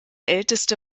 älteste